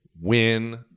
win